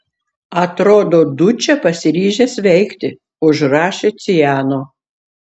atrodo dučė pasiryžęs veikti užrašė ciano